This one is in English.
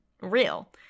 real